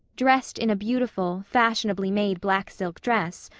dressed in a beautiful, fashionably-made black silk dress,